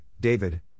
David